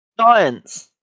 Science